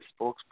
spokesperson